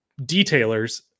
detailers